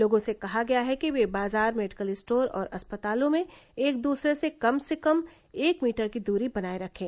लोगों से कहा गया है कि ये बाजार मेडिकल स्टोर और अस्पतालों में एक दूसरे से कम से कम एक मीटर की दूरी बनाये रखें